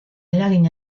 eragin